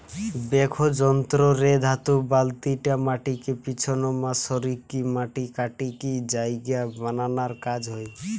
backhoe যন্ত্র রে ধাতু বালতিটা মাটিকে পিছনমা সরিকি মাটি কাটিকি জায়গা বানানার কাজ হয়